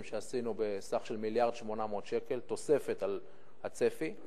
שעשינו בסך של 1.8 מיליארד שקל תוספת על הצפי.